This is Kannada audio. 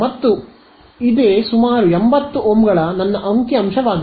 ಆದ್ದರಿಂದ ಮತ್ತೆ ಇದು ಸುಮಾರು 80 ಓಮ್ಗಳ ನನ್ನ ಅಂಕಿ ಅಂಶವಾಗಿದೆ